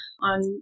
on